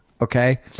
okay